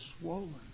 swollen